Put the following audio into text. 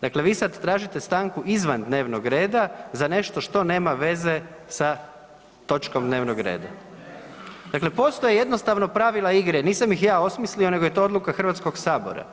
Dakle, vi sada tražite stanku izvan dnevnog reda za nešto što nema veze sa točkom dnevnog reda. ... [[Upadica se ne čuje.]] dakle postoje jednostavno pravila igre, nisam ih ja osmislio, nego je to odluka Hrvatskoga sabora